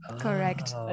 Correct